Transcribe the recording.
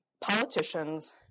politicians